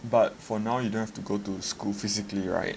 but for now you don't have to go to school physically right